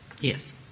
Yes